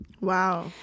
Wow